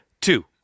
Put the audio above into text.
two